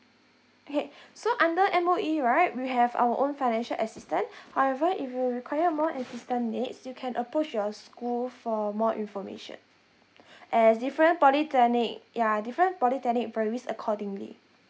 okay so under M_O_E right we have our own financial assistant however if you require more assistant needs you can approach your school for more information as different polytechnic ya different polytechnic varies accordingly